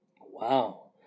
Wow